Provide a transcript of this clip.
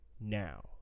now